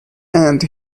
end